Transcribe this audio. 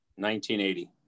1980